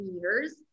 years